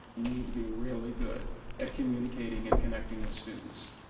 you need to be really good at communicating and connecting with students.